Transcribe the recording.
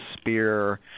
spear